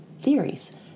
theories